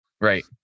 Right